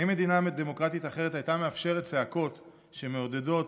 האם מדינה דמוקרטית אחרת הייתה מאפשרת צעקות שמעודדות